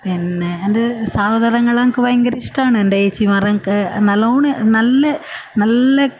പിന്നെ എൻ്റെ സഹോദരങ്ങളെ എനിക്ക് ഭയങ്കര ഇഷ്ടമാണ് എൻ്റെ ഏച്ചിമാരെ എനിക്ക് നല്ലവണ്ണം നല്ല നല്ല